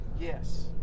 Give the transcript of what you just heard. Yes